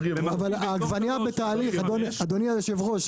אבל העגבנייה בתהליך, אדוני היושב-ראש.